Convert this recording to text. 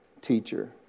teacher